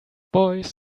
boys